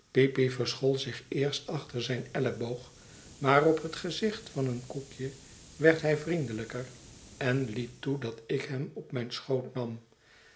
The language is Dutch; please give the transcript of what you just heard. peepy verschool zich eerst achter zijn elleboog maar op het gezicht van een koekje werd hij vriendelijker en liet toe dat ik hem op mijn schoot nam